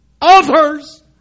others